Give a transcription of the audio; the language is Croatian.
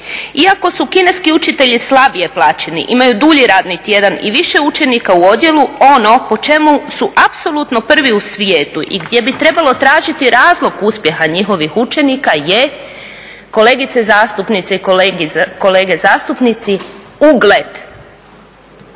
Iako su kineski učitelji slabije plaćeni, imaju dulji radni tjedan i više učenika u odjelu ono po čemu su apsolutno prvi u svijetu i gdje bi trebalo tražiti razlog uspjeha njihovih učenika je kolegice zastupnice i kolege zastupnici je ugled.